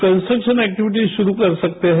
construction activities शुरू कर सकते हैं